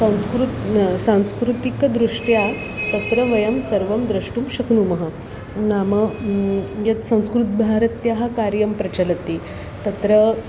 संस्कृंते सांस्कृतिकदृष्ट्या तत्र वयं सर्वं द्रष्टुं शक्नुमः नाम यत् संस्कृतभारत्याः कार्यं प्रचलति तत्र